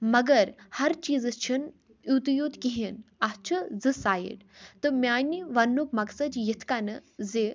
مگر ہر چیزَس چھُنہٕ یُتٕے یوٗت کہیٖنۍ اَتھ چھُ زٕ سایِڈ تہٕ میانہِ وَننُک مقصد یِتھ کٔنۍ زِ